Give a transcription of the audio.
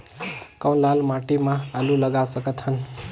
कौन लाल माटी म आलू लगा सकत हन?